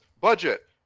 budget